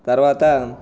తర్వాత